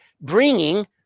bringing